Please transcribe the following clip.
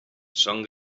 són